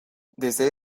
desde